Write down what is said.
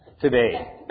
Today